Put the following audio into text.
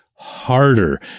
Harder